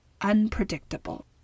unpredictable